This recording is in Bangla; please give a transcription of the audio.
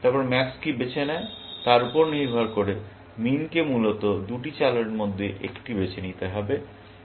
তারপর ম্যাক্স কী বেছে নেয় তার উপর নির্ভর করে মিনকে মূলত দুটি চালের মধ্যে একটি বেছে নিতে হবে